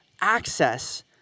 access